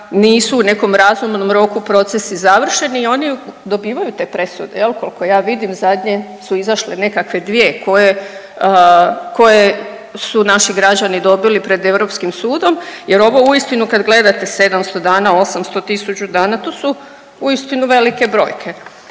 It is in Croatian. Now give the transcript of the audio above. nisu u nekom razumnom roku procesi završeni i oni dobivaju te presude jel' koliko ja vidim zadnje su izašle nekakve dvije koje su naši građani dobili pred Europskim sudom. Jer ovo uistinu kad gledate 700 dana, 800, 1000 dana to su uistinu velike brojke.